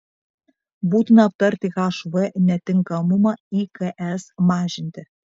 būtina aptarti hv netinkamumą iks mažinti